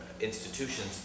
institutions